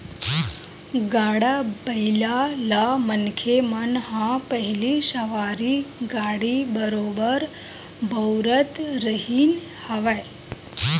गाड़ा बइला ल मनखे मन ह पहिली सवारी गाड़ी बरोबर बउरत रिहिन हवय